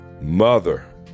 Mother